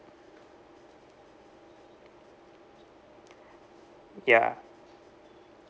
ya